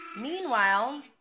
meanwhile